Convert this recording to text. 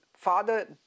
father